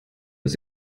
ist